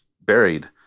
buried